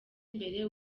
imbere